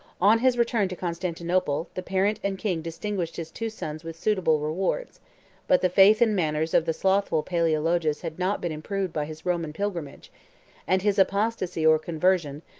on his return to constantinople, the parent and king distinguished his two sons with suitable rewards but the faith and manners of the slothful palaeologus had not been improved by his roman pilgrimage and his apostasy or conversion,